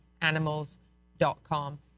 animals.com